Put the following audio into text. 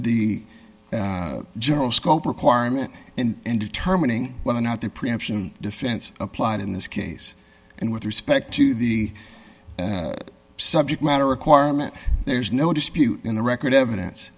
the general scope requirement and determining whether or not the preemption defense applied in this case and with respect to the subject matter requirement there's no dispute in the record evidence